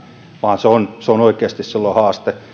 vaan se on se on oikeasti silloin haaste